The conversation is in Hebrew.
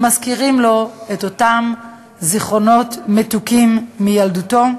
שמזכירים לו את אותם זיכרונות מתוקים מילדותו.